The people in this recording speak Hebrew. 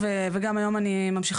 יש 36 אלף אחרי מסת הרכש שהייתה